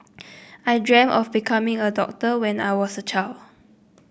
I dreamt of becoming a doctor when I was a child